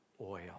oil